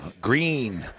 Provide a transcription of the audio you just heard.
Green